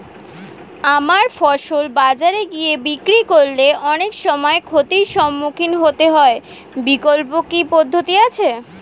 আমার ফসল বাজারে গিয়ে বিক্রি করলে অনেক সময় ক্ষতির সম্মুখীন হতে হয় বিকল্প কি পদ্ধতি আছে?